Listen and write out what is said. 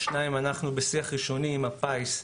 אנחנו בשיח ראשוני עם הפיס,